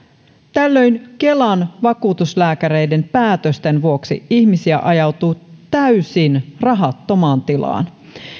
tällöin kelan vakuutuslääkäreiden päätösten vuoksi ihmisiä ajautuu täysin rahattomaan tilaan